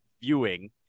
viewing